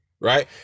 Right